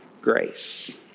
grace